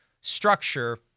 structure